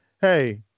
hey